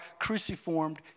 cruciformed